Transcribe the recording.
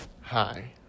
Hi